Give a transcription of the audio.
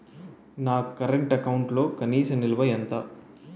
నా కరెంట్ అకౌంట్లో కనీస నిల్వ ఎంత?